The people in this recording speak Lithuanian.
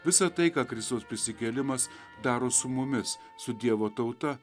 visa tai ką kristaus prisikėlimas daro su mumis su dievo tauta